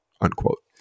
unquote